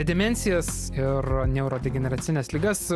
demencijas ir neurodegeneracines ligas